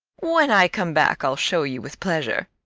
when i come back i'll show you with pleasure.